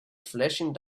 flashing